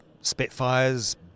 spitfires